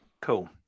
cool